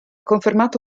confermato